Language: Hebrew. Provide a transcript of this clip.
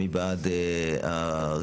לבקשתי הוגשה